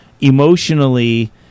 emotionally